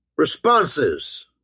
Responses